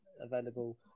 available